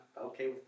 okay